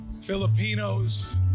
Filipinos